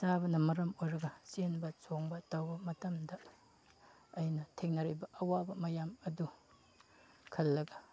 ꯆꯥꯕꯅ ꯃꯔꯝ ꯑꯣꯏꯔꯒ ꯆꯦꯟꯕ ꯆꯣꯡꯕ ꯇꯧꯕ ꯃꯇꯝꯗ ꯑꯩꯅ ꯊꯦꯡꯅꯔꯤꯕ ꯑꯋꯥꯕ ꯃꯌꯥꯝ ꯑꯗꯣ ꯈꯜꯂꯒ